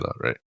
right